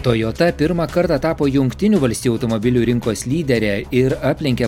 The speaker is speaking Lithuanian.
toyota pirmą kartą tapo jungtinių valstijų automobilių rinkos lydere ir aplenkė